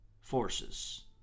forces